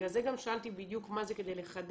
בגלל זה גם שאלתי בדיוק מה זה כדי לחדד.